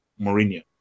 Mourinho